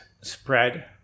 spread